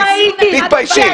תתביישי.